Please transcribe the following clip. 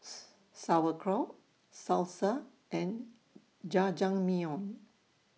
Sauerkraut Salsa and Jajangmyeon